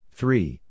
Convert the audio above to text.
three